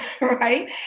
right